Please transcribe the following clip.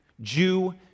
Jew